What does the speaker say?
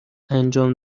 انجام